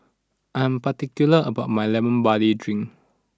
I am particular about my Lemon Barley Drink